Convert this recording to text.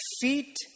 feet